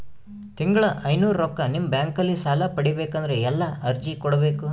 ತಿಂಗಳ ಐನೂರು ರೊಕ್ಕ ನಿಮ್ಮ ಬ್ಯಾಂಕ್ ಅಲ್ಲಿ ಸಾಲ ಪಡಿಬೇಕಂದರ ಎಲ್ಲ ಅರ್ಜಿ ಕೊಡಬೇಕು?